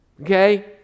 Okay